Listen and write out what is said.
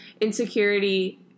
insecurity